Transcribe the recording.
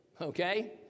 Okay